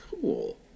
Cool